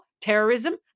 terrorism